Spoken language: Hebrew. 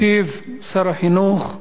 ישיב שר החינוך,